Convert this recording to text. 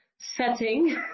setting